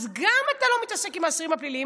אז גם אתה לא מתעסק עם האסירים הפליליים